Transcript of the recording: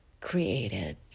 created